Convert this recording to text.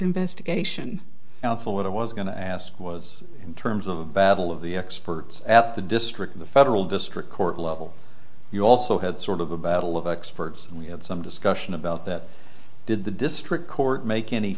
investigation counsel what i was going to ask was in terms of a battle of the experts at the district in the federal district court level you also had sort of a battle of experts and we had some discussion about that did the district court make any